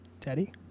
Teddy